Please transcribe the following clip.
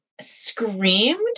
screamed